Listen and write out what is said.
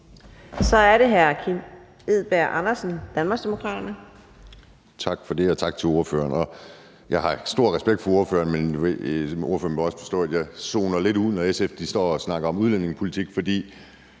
Så er det hr. Kim Edberg Andersen, Danmarksdemokraterne.